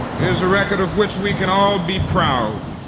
is a record of which we can all be proud.